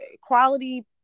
quality